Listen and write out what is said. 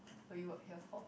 will you work here for